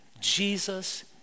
Jesus